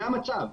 זה המצב.